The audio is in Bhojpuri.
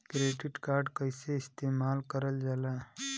क्रेडिट कार्ड कईसे इस्तेमाल करल जाला?